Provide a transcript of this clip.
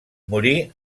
morí